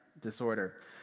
disorder